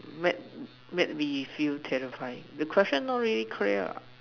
make make me feel terrifying the question not very clear ah